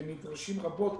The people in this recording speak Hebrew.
והם נדרשים רבות